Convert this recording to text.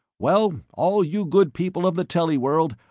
well, all you good people of the telly world,